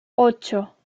ocho